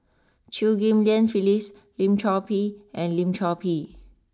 Chew Ghim Lian Phyllis Lim Chor Pee and Lim Chor Pee